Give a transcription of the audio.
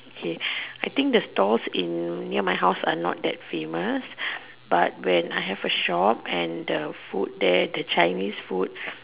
okay I think the stalls in near my house are not that famous but when I have a shop and the food there the Chinese food